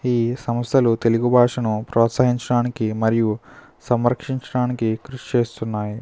ఈ సమస్యలు తెలుగు భాషను ప్రోత్సహించడానికి మరియు సంరక్షిండానికి కృషి చేస్తున్నాయి